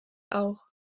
auch